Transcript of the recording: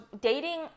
dating